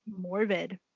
morbid